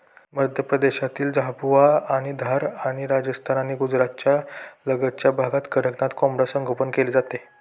मध्य प्रदेशातील झाबुआ आणि धार आणि राजस्थान आणि गुजरातच्या लगतच्या भागात कडकनाथ कोंबडा संगोपन केले जाते